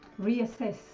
reassess